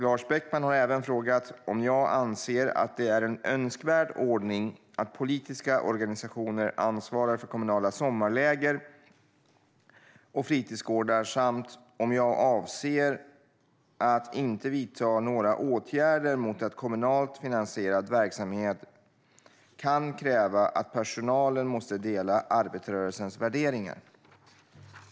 Lars Beckman har även frågat om jag anser att det är en önskvärd ordning att politiska organisationer ansvarar för kommunala sommarläger och fritidsgårdar samt om jag avser att inte vidta några åtgärder mot att kommunalt finansierad verksamhet kan kräva att personalen måste dela arbetarrörelsens värderingar.